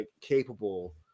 capable